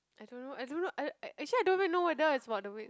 I don't know I don't know I actually I don't even know whether is about the weight